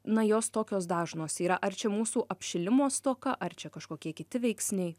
na jos tokios dažnos yra ar čia mūsų apšilimo stoka ar čia kažkokie kiti veiksniai